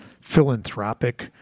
philanthropic